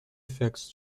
effects